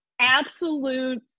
absolute